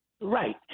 Right